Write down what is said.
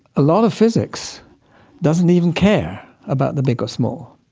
a lot of physics doesn't even care about the big or small,